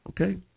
Okay